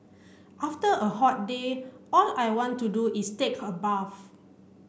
after a hot day all I want to do is take a bath